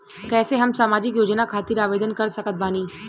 कैसे हम सामाजिक योजना खातिर आवेदन कर सकत बानी?